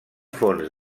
fons